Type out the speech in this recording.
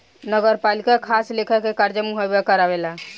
नगरपालिका खास लेखा के कर्जा मुहैया करावेला